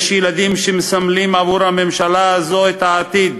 יש ילדים שמסמלים עבור הממשלה הזאת את העתיד,